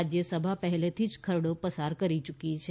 રાજ્યસભા પહેલાથી જ ખરડો પસાર કરી યૂકી છે